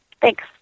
Thanks